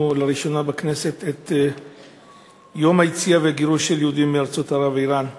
לראשונה בכנסת את יום היציאה והגירוש של יהודים מארצות ערב ואיראן.